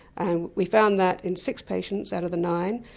and we found that in six patients out of the nine,